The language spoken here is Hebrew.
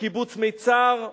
בקיבוץ מיצר,